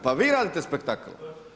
Pa vi radite spektakl.